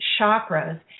chakras